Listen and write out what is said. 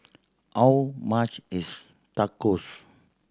how much is Tacos